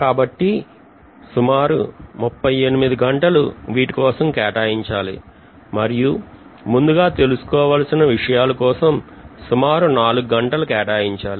కాబట్టి సుమారు ముప్పై ఎనిమిది గంటలు వీటికోసం కేటాయించాలి మరియు ముందుగా తెలుసుకోవలసిన విషయాల కోసం సుమారు నాలుగు గంటలు కేటాయించాలి